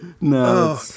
no